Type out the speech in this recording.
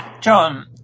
John